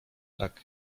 tak